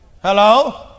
Hello